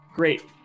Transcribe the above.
Great